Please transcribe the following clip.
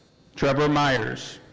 trevor maiers.